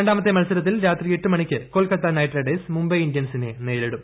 രണ്ടാമത്തെ മത്സരത്തിൽ രാത്രി എട്ട് മണിക്ക് കൊൽക്കത്ത നൈറ്റ് റൈഡേഴ്സ് മുംബൈ ഇന്ത്യൻസിനെ നേരിടും